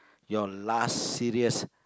your last serious